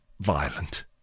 violent